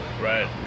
Right